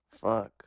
Fuck